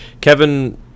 Kevin